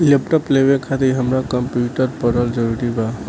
Laptop लेवे खातिर हमरा कम्प्युटर पढ़ल जरूरी बा?